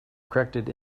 corrected